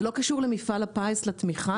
זה לא קשור למפעל הפיס, לתמיכה?